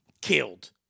Killed